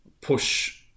push